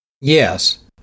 Yes